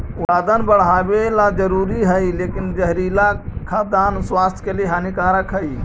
उत्पादन बढ़ावेला जरूरी हइ लेकिन जहरीला खाद्यान्न स्वास्थ्य के लिए हानिकारक हइ